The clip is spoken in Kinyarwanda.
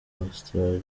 austria